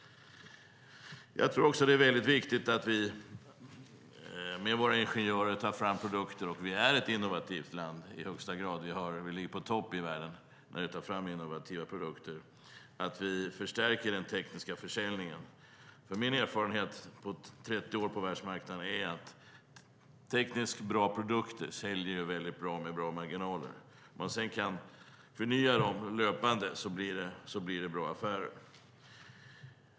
Det är också viktigt att vi med hjälp av våra ingenjörer tar fram produkter. Sverige är ett innovativt land. Vi ligger på topp i världen i att ta fram innovativa produkter, och vi måste förstärka den tekniska försäljningen. Min erfarenhet efter 30 år på världsmarknaden är att tekniskt bra produkter säljer bra med goda marginaler. Om de kan förnyas löpande blir det bra affärer.